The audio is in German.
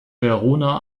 verona